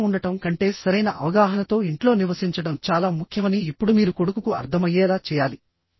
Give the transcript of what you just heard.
బయట ఉండటం కంటే సరైన అవగాహనతో ఇంట్లో నివసించడం చాలా ముఖ్యమని ఇప్పుడు మీరు కొడుకుకు అర్థమయ్యేలా చేయాలి